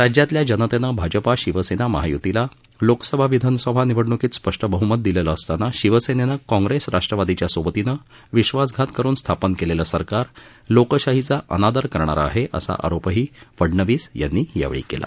राज्यातल्या जनतेनं भाजपा शिवसेना महाय्तीला लोकसभा विधानसभा निवडणुकीत स्पष्ट बह्मत दिलं असताना शिवसेनेने काँग्रेस राष्ट्रवादीच्या सोबतीने विश्वासघात करून स्थापन केलेले सरकार लोकशाहीचा अनादर करणारे आहे असा आरोपही फडणवीस यांनी यावेळी केला